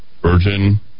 Virgin